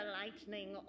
lightning